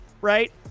Right